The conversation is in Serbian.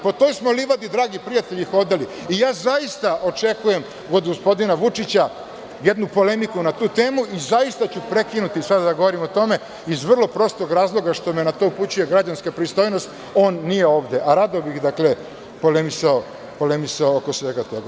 Po toj smo livadi, dragi prijatelji, hodali i zaista očekujem od gospodina Vučića jednu polemiku na tu temu i zaista ću sada prekinuti da govorim o tome iz vrlo prostog razloga, što me na to upućuje građanska pristojnost, on nije ovde, a rado bih polemisao oko svega toga.